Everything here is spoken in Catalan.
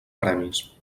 premis